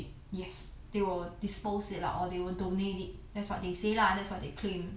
yes they will dispose it lah or they will donate it that's what they say lah that's what they claim